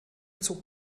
zog